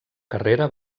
carrera